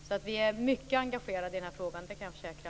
Vi är alltså mycket engagerade i den här frågan, det kan jag försäkra.